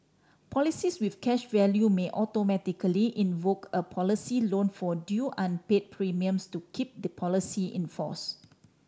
policies with cash value may automatically invoke a policy loan for due unpay premiums to keep the policy in force